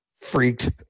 freaked